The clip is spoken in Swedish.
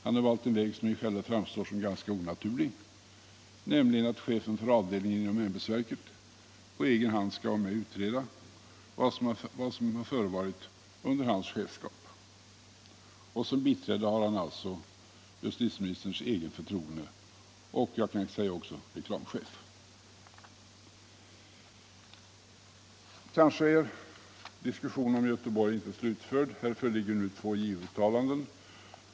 Han har valt den väg som i själva verket framstår som ganska onaturlig, nämligen att chefen för avdelningen inom verket själv skall vara med och utreda vad som har förevarit under hans chefskap. Och som biträde har han alltså justitieministerns egen förtrogne och, kan jag även säga, reklamchef. Kanske är diskussionen om Göteborg inte slutförd. Här föreligger nu två JO-uttalanden.